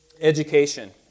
education